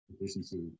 efficiency